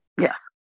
Yes